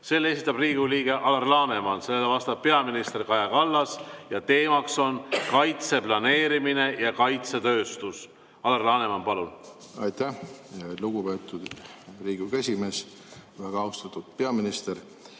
Selle esitab Riigikogu liige Alar Laneman, sellele vastab peaminister Kaja Kallas ning teema on kaitseplaneerimine ja kaitsetööstus. Alar Laneman, palun! Aitäh, lugupeetud Riigikogu esimees! Väga austatud peaminister!